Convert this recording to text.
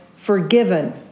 forgiven